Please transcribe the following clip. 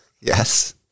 Yes